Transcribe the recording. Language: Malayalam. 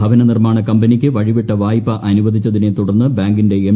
ഭവന നിർമ്മാണ കമ്പനിക്ക് വഴിവിട്ട വായ്പ്പ അനുവദിച്ചതിനെ തുടർന്ന് ബാങ്കിന്റെ എം